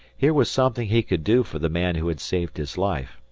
here was something he could do for the man who had saved his life.